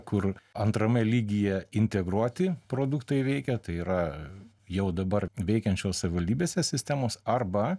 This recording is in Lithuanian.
kur antrame lygyje integruoti produktai veikia tai yra jau dabar veikiančios savivaldybėse sistemos arba